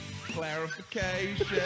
Clarification